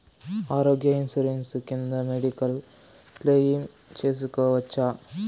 ఆరోగ్య ఇన్సూరెన్సు కింద medical claim సేసుకోవచ్చా?